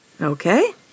Okay